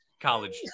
college